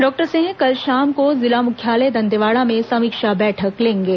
doctor Singh कल शाम को जिला मुख्यालय दंतेवाड़ा में समीक्षा बैठक लेंगे